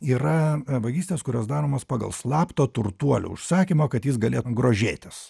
yra vagystės kurios daromos pagal slapto turtuolio užsakymą kad jis galėtų grožėtis